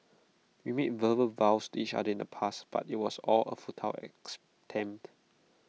we made verbal vows to each other in the past but IT was all A futile as tempt